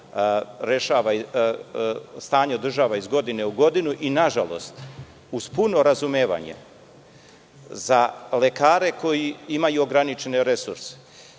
stanje održava iz godine u godinu i nažalost, uz puno razumevanje za lekare koji imaju ograničeni resurs,